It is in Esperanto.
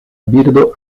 birdo